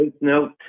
note